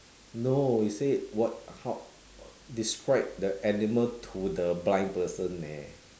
no it said what how wh~ describe the animal to the blind person leh